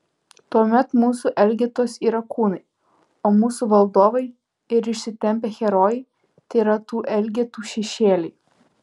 tuomet mūsų elgetos yra kūnai o mūsų valdovai ir išsitempę herojai tėra tų elgetų šešėliai